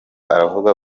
aravuga